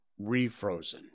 refrozen